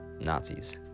Nazis